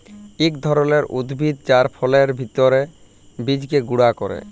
ইক ধরলের উদ্ভিদ যার ফলের ভিত্রের বীজকে গুঁড়া ক্যরে